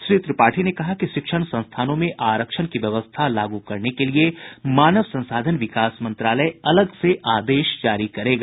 श्री त्रिपाठी ने कहा कि शिक्षण संस्थानों में आरक्षण की व्यवस्था लागू करने के लिए मानव संसाधन विकास मंत्रालय अलग से आदेश जारी करेगा